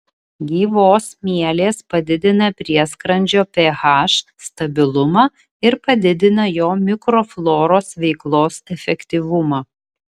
gyvos mielės padidina prieskrandžio ph stabilumą ir padidina jo mikrofloros veiklos efektyvumą